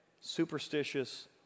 superstitious